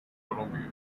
colombia